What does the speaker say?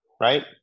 right